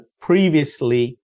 previously